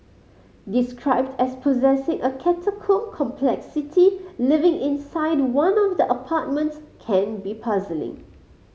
described as possessing a catacomb complexity living inside one of the apartments can be puzzling